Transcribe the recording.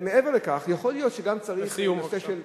מעבר לכך, יכול להיות שגם צריך, לסיום, בבקשה.